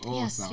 yes